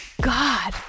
God